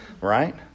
right